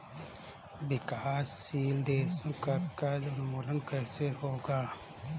विकासशील देशों का कर्ज उन्मूलन कैसे होगा?